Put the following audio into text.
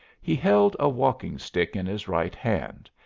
he held a walking-stick in his right hand,